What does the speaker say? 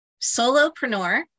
solopreneur